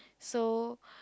so